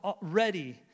ready